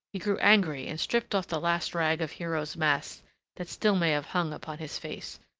he grew angry and stripped off the last rag of hero's mask that still may have hung upon his face.